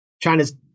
China's